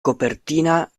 copertina